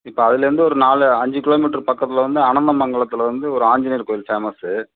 இப்போ அதில இருந்து ஒரு நாலு அஞ்சு கிலோ மீட்டர் பக்கத்தில் வந்து அனந்த மங்களத்தில் வந்து ஒரு ஆஞ்சனியர் கோயில் பேமஸ்சு